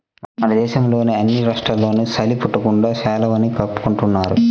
మన దేశంలోని అన్ని రాష్ట్రాల్లోనూ చలి పుట్టకుండా శాలువాని కప్పుకుంటున్నారు